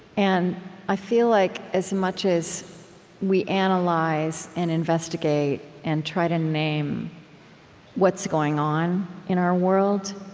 and i feel like as much as we analyze and investigate and try to name what's going on in our world,